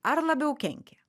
ar labiau kenkė